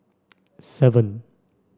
seven